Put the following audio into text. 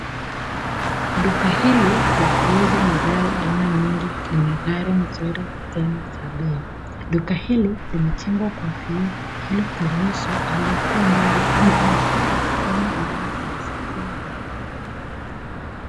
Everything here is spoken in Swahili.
Duka hili la kuuza magari aina nyingi lina gari nzuri tena za bei. Duka hili limejengwa kwa viio ili kuruhusu aliyekua mbali ama nje kuona bidhaa zilizokua ndani.